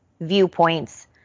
viewpoints